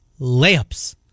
Layups